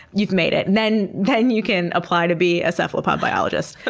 you've made it. then then you can apply to be a cephalopod biologist,